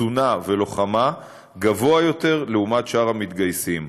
קצונה ולוחמה גבוה בהשוואה לשאר המתגייסים.